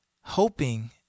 hoping